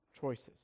choices